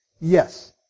Yes